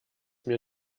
mir